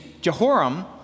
Jehoram